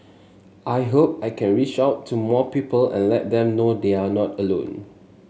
I hope I can reach out to more people and let them know they're not alone